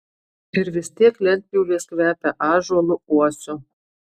ir vis tiek lentpjūvės kvepia ąžuolu uosiu